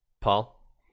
Paul